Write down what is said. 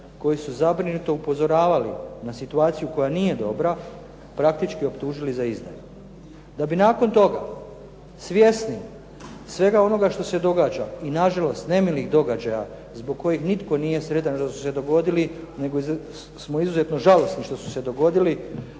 koji su zabrinuti upozoravali na situaciju koja nije dobra, praktički optužili za izdaju. Da bi nakon toga svjesni svega onoga što se događa i nažalost nemilih događaja zbog kojih nitko nije sretan što su se dogodili, nego smo izuzetno žalosni što su se dogodili